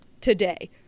today